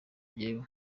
njyewe